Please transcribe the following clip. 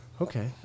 Okay